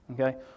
okay